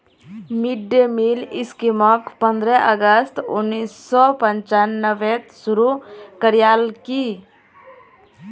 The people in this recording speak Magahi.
मिड डे मील स्कीमक पंद्रह अगस्त उन्नीस सौ पंचानबेत शुरू करयाल की